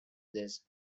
this